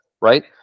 right